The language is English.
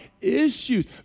issues